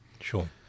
Sure